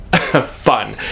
fun